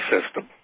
system